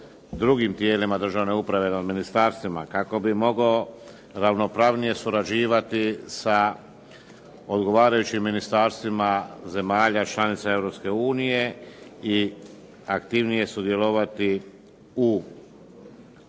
drugim tijelima državne uprave, nad ministarstvima, kako bi mogao ravnopravnije surađivati sa odgovarajućim ministarstvima zemalja članica Europske unije i aktivnije sudjelovati u